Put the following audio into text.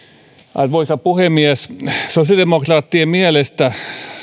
arvoisa puhemies sosiaalidemokraattien mielestä